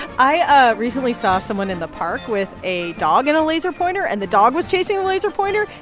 i ah recently saw someone in the park with a dog and a laser pointer, and the dog was chasing the laser pointer.